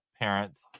parents